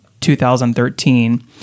2013